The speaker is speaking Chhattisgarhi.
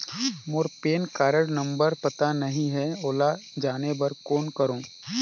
मोर पैन कारड नंबर पता नहीं है, ओला जाने बर कौन करो?